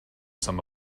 some